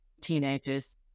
teenagers